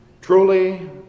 Truly